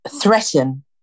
threaten